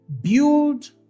Build